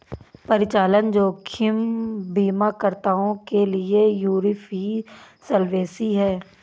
परिचालन जोखिम बीमाकर्ताओं के लिए यूरोपीय सॉल्वेंसी है